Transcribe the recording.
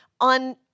on